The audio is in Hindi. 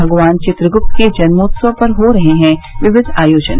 भगवान चित्रगुप्त के जन्मोत्सव पर हो रहे हैं विविध आयोजन